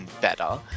better